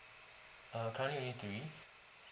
uh currently only three